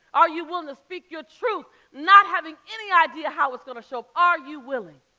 are you willing to speak your truth not having any idea how it's gonna show up? are you willing?